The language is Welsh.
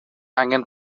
angen